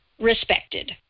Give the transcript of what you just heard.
respected